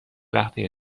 وقتی